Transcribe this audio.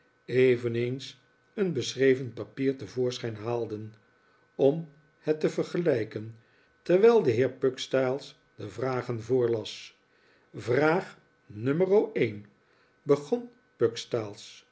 eveneens een beschreven papier te voorschijn haalden om het te vergelijken terwijl de heer pugstyles de vragen voorlas vraag numero een begon